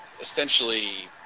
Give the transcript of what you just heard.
Essentially